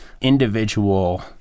individual